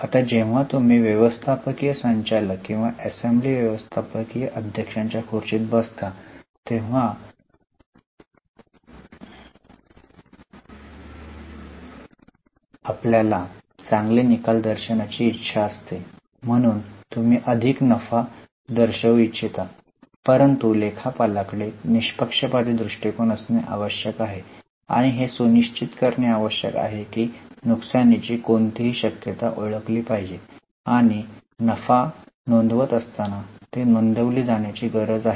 आता जेव्हा तुम्ही व्यवस्थापकीय संचालक किंवा असेंब्ली व्यवस्थापकीय अध्यक्षांच्या खुर्चीत बसता तेव्हा आपल्याला चांगले निकाल दर्शविण्याची इच्छा असते म्हणून तुम्ही अधिक नफा दर्शवू इच्छिता परंतु लेखापालाकडे निःपक्षपाती दृष्टिकोन असणे आवश्यक आहे आणि हे सुनिश्चित करणे आवश्यक आहे की नुकसानीची कोणतीही शक्यता ओळखली पाहिजे आणि नफा नोंदवत असताना ती नोंदविली जाण्याची गरज आहे